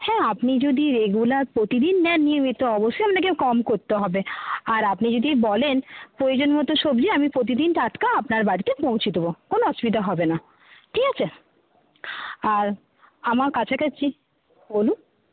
হ্যাঁ আপনি যদি রেগুলার প্রতিদিন নেন নিয়মিত অবশ্যই আপনাকে কম করতে হবে আর আপনি যদি বলেন প্রয়োজন মতো সবজি আমি প্রতিদিন টাটকা আপনার বাড়িতে পৌঁছে দেবো কোনো অসুবিধা হবে না ঠিক আছে আর আমার কাছাকাছি বলুন